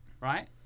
right